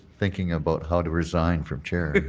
thinking about how to resign from chair.